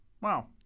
Wow